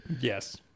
yes